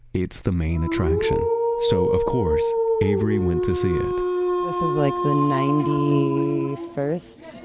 it's the main attraction so of course avery went to see it this is like the ninety first